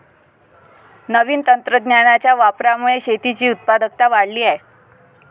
नवीन तंत्रज्ञानाच्या वापरामुळे शेतीची उत्पादकता वाढली आहे